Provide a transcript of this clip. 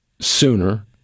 sooner